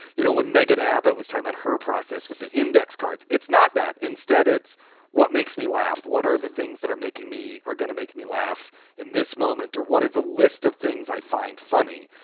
you know, when megahed abbott was time at her process with the index cards. it's not that. instead, it's what makes me laugh. what are the things that are making me are going to make me laugh in this moment or what are the list of things i find funny?